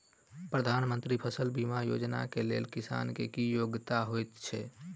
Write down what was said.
प्रधानमंत्री फसल बीमा योजना केँ लेल किसान केँ की योग्यता होइत छै?